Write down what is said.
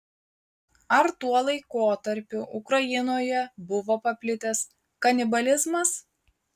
ar tuo laikotarpiu ukrainoje buvo paplitęs kanibalizmas